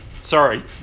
sorry